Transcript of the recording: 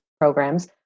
programs